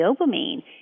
dopamine